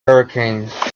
hurricanes